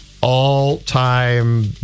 all-time